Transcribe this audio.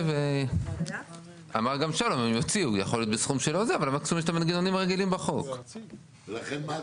מעל 40 יחידות